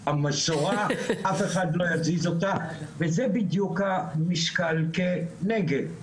המסורה אף אחד לא יזיז אותה וזה בדיוק המשקל כנגד,